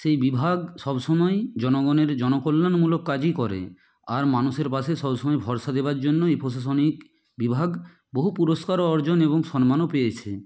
সেই বিভাগ সব সময়ই জনগণের জনকল্যাণমূলক কাজই করে আর মানুষের পাশে সব সময় ভরসা দেওয়ার জন্যই প্রশাসনিক বিভাগ বহু পুরস্কারও অর্জন এবং সম্মানও পেয়েছে